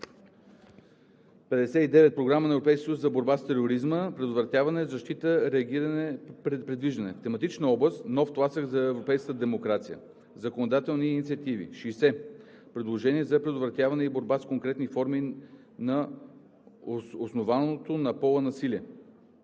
59. Програма на Европейския съюз за борба с тероризма: предотвратяване, защита, реагиране, предвиждане. В тематична област – Нов тласък за европейската демокрация Законодателни инициативи 60. Предложение за предотвратяване и борба с конкретни форми на основаното на пола насилие.